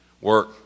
work